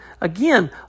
Again